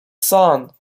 son